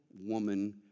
woman